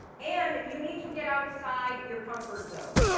and you need to get outside your comfort zone.